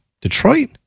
Detroit